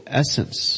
essence